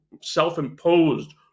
self-imposed